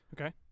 Okay